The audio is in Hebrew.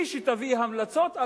והיא שתביא המלצות,